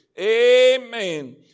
amen